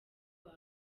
wawe